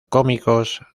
cómicos